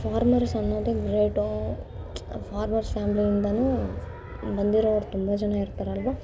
farmers ಅನ್ನೋದೇ great ಆ farmers ಫ್ಯಾಮ್ಲಿಯಿಂದಲೂ ಬಂದಿರೋರು ತುಂಬ ಜನ ಇರ್ತಾರಲ್ವಾ